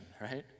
right